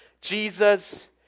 Jesus